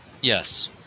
Yes